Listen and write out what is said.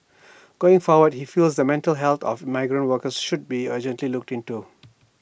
going forward he feels the mental health of migrant workers should be urgently looked into